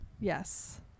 Yes